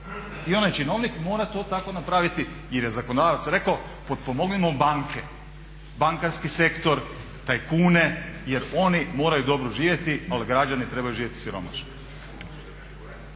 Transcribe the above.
I onaj činovnik mora to tako napraviti jer je zakonodavac rekao potpomognimo banke, bankarski sektor, tajkune jer oni moraju dobro živjeti ali građani trebaju živjeti siromašni.